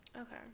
okay